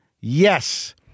Yes